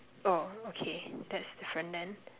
oh okay that's different then